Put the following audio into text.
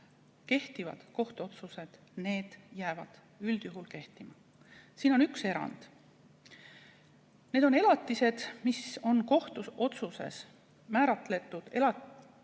kehtivad kohtuotsused jäävad üldjuhul kehtima. Siin on üks erand. Need on elatised, mis on kohtuotsuses määratud